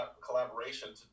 collaboration